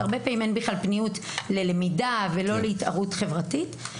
הרבה פעמים אין בכלל אנרגיות ללמידה ולהתערות חברתית.